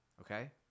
okay